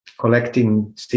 collecting